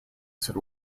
said